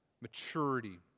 maturity